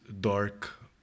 dark